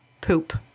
poop